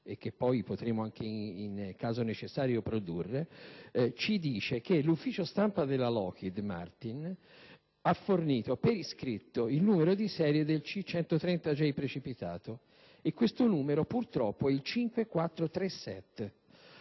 che potremo ove necessario produrre, ci dice che l'ufficio stampa della Lockheed Martin ha fornito, per iscritto, il numero di serie del C-130J precipitato. Esso è purtroppo il 5437,